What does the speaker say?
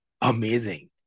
amazing